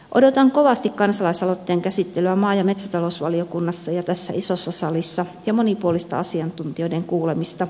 odotan kovasti kansalaisaloitteen käsittelyä maa ja metsätalousvaliokunnassa ja tässä isossa salissa ja monipuolista asiantuntijoiden kuulemista